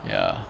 ya